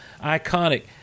Iconic